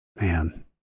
Man